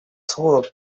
слово